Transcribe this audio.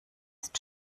ist